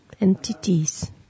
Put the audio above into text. entities